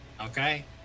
Okay